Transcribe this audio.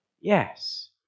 Yes